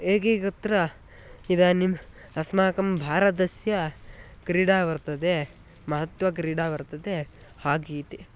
एकैकत्र इदानीम् अस्माकं भारतस्य क्रीडा वर्तते महत्त्वक्रीडा वर्तते हाकी इति